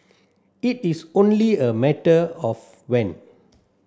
it is only a matter of when